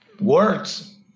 words